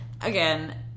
again